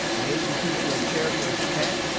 the institution of charity, or zakat,